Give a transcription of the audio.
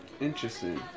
Interesting